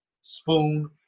spoon